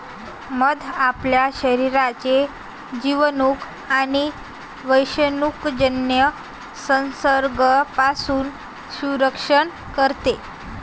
मध आपल्या शरीराचे जिवाणू आणि विषाणूजन्य संसर्गापासून संरक्षण करते